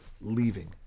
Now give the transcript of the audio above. leaving